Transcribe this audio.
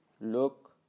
look